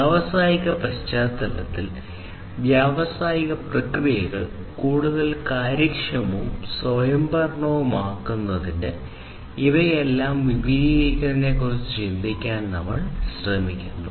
വ്യാവസായിക പശ്ചാത്തലത്തിൽ വ്യാവസായിക പ്രക്രിയകൾ കൂടുതൽ കാര്യക്ഷമവും സ്വയംഭരണാധികാരവുമാക്കുന്നതിന് ഇവയെല്ലാം വിപുലീകരിക്കുന്നതിനെക്കുറിച്ച് ചിന്തിക്കാൻ നമ്മൾ ശ്രമിക്കുന്നു